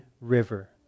River